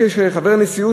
כחבר הנשיאות,